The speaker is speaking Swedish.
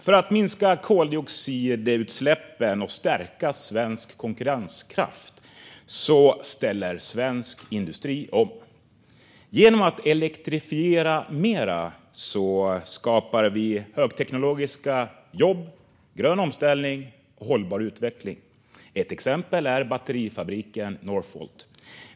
För att minska koldioxidutsläppen och stärka svensk konkurrenskraft ställer svensk industri om. Genom att elektrifiera mer skapar vi högteknologiska jobb, grön omställning och hållbar utveckling. Ett exempel är batterifabriken Northvolt.